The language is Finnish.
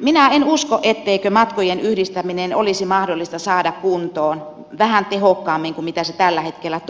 minä en usko etteikö matkojen yhdistäminen olisi mahdollista saada kuntoon vähän tehokkaammin kuin se tällä hetkellä